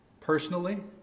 personally